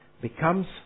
becomes